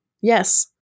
Yes